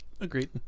Agreed